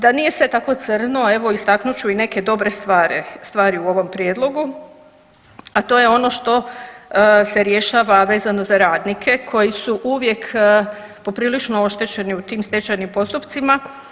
Da nije sve tako crno evo istaknut ću i neke dobre stvari u ovom prijedlogu, a to je ono što se rješava vezano za radnike koji su uvijek poprilično oštećeni u tim stečajnim postupcima.